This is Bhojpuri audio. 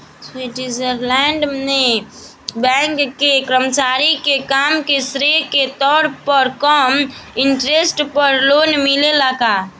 स्वीट्जरलैंड में बैंक के कर्मचारी के काम के श्रेय के तौर पर कम इंटरेस्ट पर लोन मिलेला का?